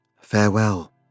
Farewell